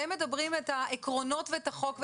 והם מדברים את העקרונות ואת החוק.